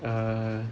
err